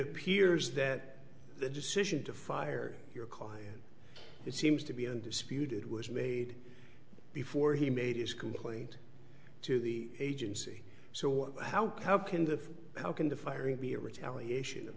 appears that the decision to fire your client it seems to be undisputed was made before he made his complaint to the agency so how can the how can the firing be a retaliation